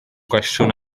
gwestiwn